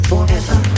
Forever